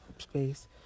space